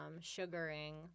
sugaring